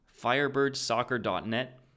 firebirdsoccer.net